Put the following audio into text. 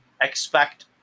expect